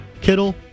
Kittle